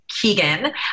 Keegan